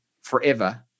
forever